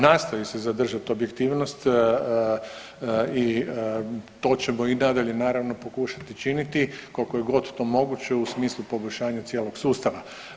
Nastoji se zadržati objektivnost i to ćemo i nadalje naravno pokušati činiti koliko god je to moguće u smislu poboljšanja cijelog sustava.